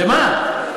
למה?